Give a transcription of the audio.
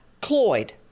Cloyd